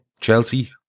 Chelsea